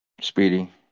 speedy